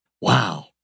Wow